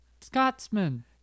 scotsman